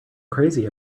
crazy